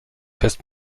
fest